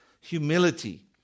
Humility